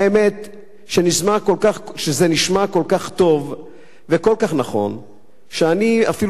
האמת שזה נשמע כל כך טוב וכל כך נכון שאני אפילו